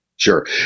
Sure